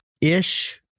ish